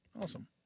Awesome